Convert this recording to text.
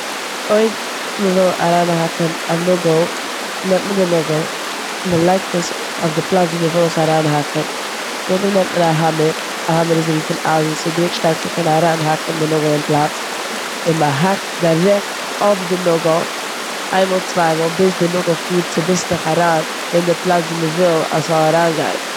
אויב מ'וויל אריינהאקן א נאגל נעמט מען די נאגל, מ'לייגט עס אויף די פלאץ ווי מ'וויל עס אריינהאקן. נאכדעם נעמט מען א האממער, א האממער איז אזויווי פון אייזן, ס'גענוג שטארק ס'זאל קענען אריינהאקן די נאגל אין פלאץ און מ'האקט דירעקט אויף די נאגל, איין מאל צוויי מאל, ביז די נאגל פארט צוביסלעך אריין אין די פלאץ ווי מ'וויל אז ס'זאל אריינגיין.